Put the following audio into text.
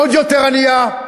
עוד יותר ענייה,